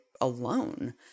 alone